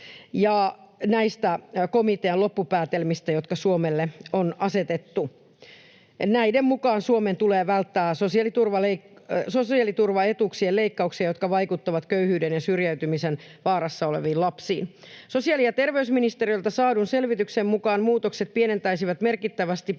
ja näistä komitean loppupäätelmistä, jotka Suomelle on asetettu. Näiden mukaan Suomen tulee välttää sosiaaliturvaetuuksien leikkauksia, jotka vaikuttavat köyhyyden ja syrjäytymisen vaarassa oleviin lapsiin. Sosiaali- ja terveysministeriöltä saadun selvityksen mukaan muutokset pienentäisivät merkittävästi